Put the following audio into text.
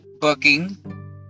booking